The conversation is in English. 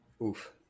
Oof